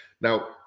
Now